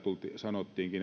sanottiinkin